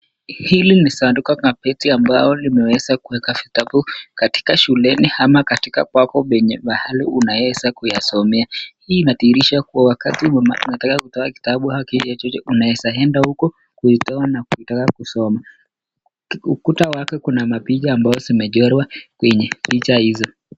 Hili ni sanduku kapeti ambao limeweza kuweka vitabu katika shuleni ama katika kwako penye mahali unaweza kuyasomea. Hii inadhihirisha kuwa wakati wowote unataka kutoa kitabu chochote unaweza kwenda huko kuitoa na kuitaka kusoma. Ukuta wake kuna mapicha ambazo zimechorwa kwenye picha hizo.